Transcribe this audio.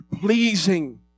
pleasing